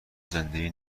زنده